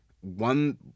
one